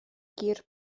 gur